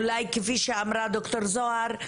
אולי, כפי שאמרה ד"ר זהר,